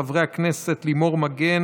13 חברים, נגד,